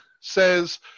says